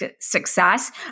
success